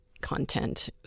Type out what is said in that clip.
content